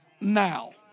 now